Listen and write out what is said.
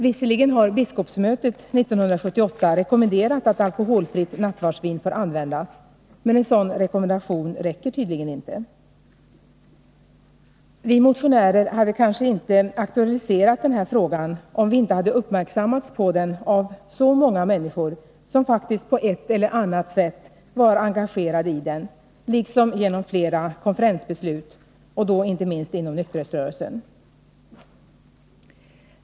Visserligen har biskopsmötet 1978 rekommenderat att alkoholfritt nattvardsvin får användas, men en sådan rekommendation räcker tydligen inte. Vi motionärer hade kanske inte aktualiserat den här frågan om vi inte hade uppmärksammats på den av så många människor, som faktiskt på ett eller annat sätt var engagerade i den, liksom genom flera konferensbeslut — framför allt inom nykterhetsrörelsen.